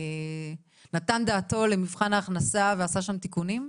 נתן דעתו למבחן ההכנסה ועשה שם תיקונים?